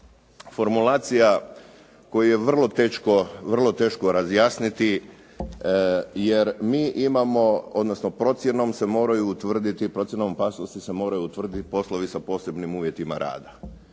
Formulacija koju je vrlo teško razjasniti jer mi imamo, odnosno procjenom se moraju utvrditi, procjenom opasnosti se moraju